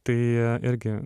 tai irgi